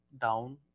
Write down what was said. down